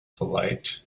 polite